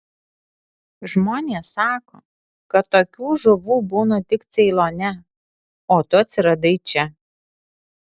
žmonės sako kad tokių žuvų būna tik ceilone o tu atsiradai čia